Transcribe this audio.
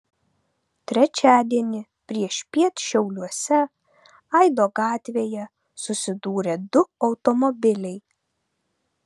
trečiadienį priešpiet šiauliuose aido gatvėje susidūrė du automobiliai